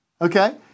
Okay